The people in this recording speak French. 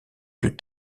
plus